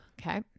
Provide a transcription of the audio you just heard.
Okay